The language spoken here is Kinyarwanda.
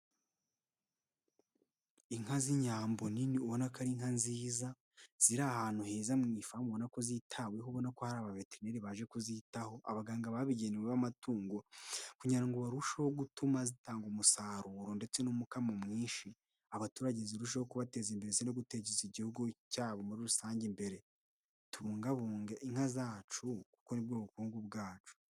Inka z'inyambo nini ubona ko ari inka nziza, ziri ahantu heza mu ifamu ubona ko zitaweho, ubona ko hari abaveteneri baje kuzitaho, abaganga babigenewe b'amatungo kugira ngo barusheho gutuma zitanga umusaruro ndetse n'umukamo mwinshi. Abaturage zirushaho kubateza imbere no guteza igihugu cyabo muri rusange imbere. Tubungabunge inka zacu kuko nibwo bukungu bwacu.